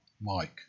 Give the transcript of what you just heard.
Mike